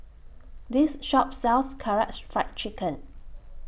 This Shop sells Karaage Fried Chicken